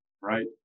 right